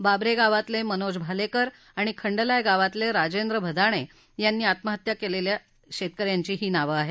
बाबरे गावातले मनोज भालेकर आणि खंडलाय गावातले राजेंद्र भदाणे अशी आत्महत्या केलेल्या शेतक यांची नावं आहेत